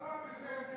מה רע בזה?